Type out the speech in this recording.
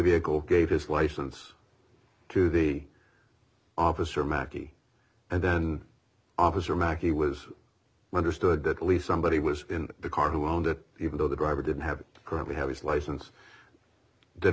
vehicle gave his license to the officer mackey and then officer mackey was understood that at least somebody was in the car who owned it even though the driver didn't have currently have his license